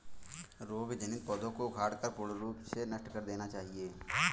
रोग जनित पौधों को उखाड़कर पूर्ण रूप से नष्ट कर देना चाहिये